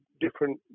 different